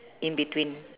in between